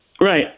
Right